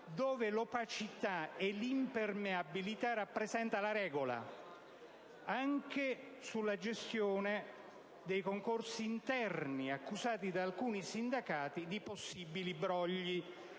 dove l'opacità e l'impermeabilità rappresentano la regola, anche nella gestione dei concorsi interni, accusati da alcuni sindacati di possibili brogli.